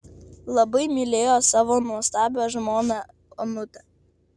labai mylėjo savo nuostabią žmoną onutę